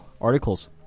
articles